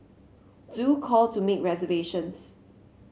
do call to make reservations